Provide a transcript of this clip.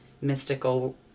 mystical